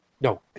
no